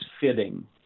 fitting